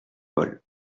vol